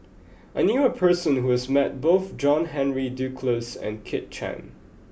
I knew a person who has met both John Henry Duclos and Kit Chan